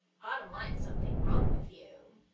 bottom line, something wrong with you.